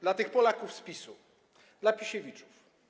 Dla tych Polaków z PiS-u, dla Pisiewiczów.